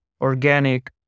organic